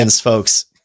folks